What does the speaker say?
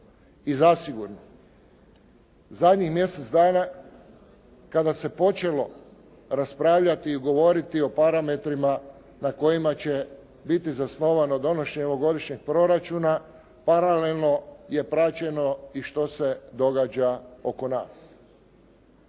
I zasigurno, zadnjih mjesec dana kada se počelo raspravljati i govoriti o parametrima na kojima će biti zasnovano donošenje ovogodišnjeg proračuna paralelno je praćeno i što se događa oko nas.